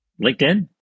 LinkedIn